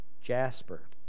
jasper